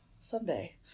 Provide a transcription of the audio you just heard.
Someday